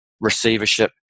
receivership